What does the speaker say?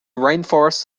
rainforests